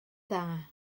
dda